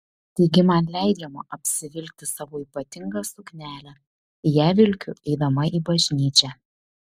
taigi man leidžiama apsivilkti savo ypatingą suknelę ją vilkiu eidama į bažnyčią